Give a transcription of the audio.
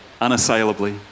unassailably